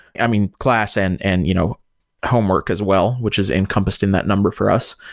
i mean, class and and you know homework as well, which is encompassed in that number for us.